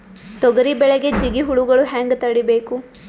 ತೊಗರಿ ಬೆಳೆಗೆ ಜಿಗಿ ಹುಳುಗಳು ಹ್ಯಾಂಗ್ ತಡೀಬೇಕು?